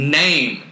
name